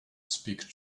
speak